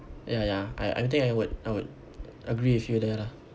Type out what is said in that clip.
ya ya I I think I would I would agree with you there lah